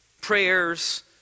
prayers